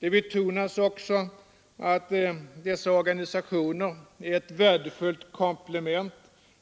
Där betonas också att dessa organisationer är ett värdefullt komplement